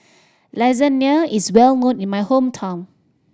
lasagna is well known in my hometown